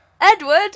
Edward